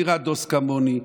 לא נראה דוס כמוני,